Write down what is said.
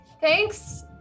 Thanks